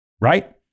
right